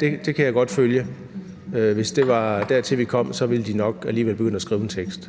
Det kan jeg godt følge. Hvis det var dertil, vi kom, så ville de nok alligevel begynde at skrive en tekst.